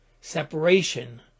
Separation